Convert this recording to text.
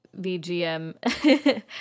VGM